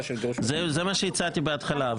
זה מה שהצעתי בהתחלה.